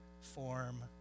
form